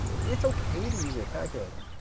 it's ok to use your calculator.